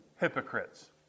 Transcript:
hypocrites